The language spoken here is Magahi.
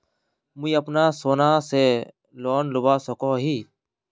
मुई अपना सोना से लोन लुबा सकोहो ही?